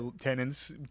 tenants